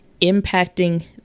impacting